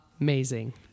amazing